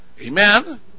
Amen